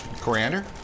Coriander